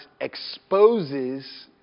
exposes